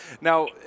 Now